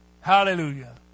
hallelujah